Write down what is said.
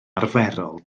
arferol